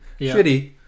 Shitty